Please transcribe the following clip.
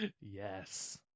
Yes